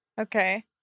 Okay